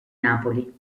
napoli